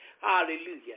Hallelujah